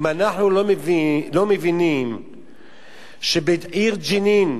אם אנחנו לא מבינים שבעיר ג'נין,